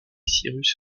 cyrus